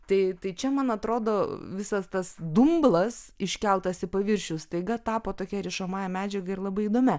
tai tai čia man atrodo visas tas dumblas iškeltas į paviršių staiga tapo tokia rišamąja medžiaga ir labai įdomia